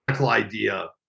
idea